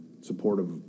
supportive